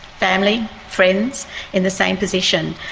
family, friends in the same position,